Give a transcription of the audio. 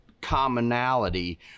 commonality